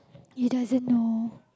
he doesn't know